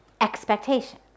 expectation